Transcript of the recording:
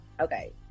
okay